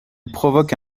provoque